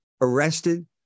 arrested